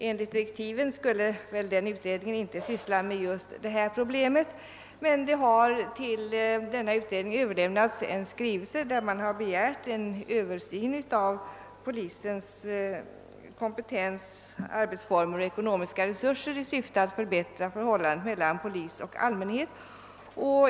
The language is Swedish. Enligt direktiven skall den visserligen inte syssla med just detta problem, men till densamma har överlämnats en skrivelse med begäran om Översyn av polisens kompetens, arbetsformer och ekonomiska resurser i syfte att förbättra förhållandet mellan polis och allmänhet.